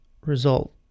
Result